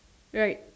right